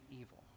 evil